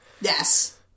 Yes